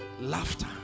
laughter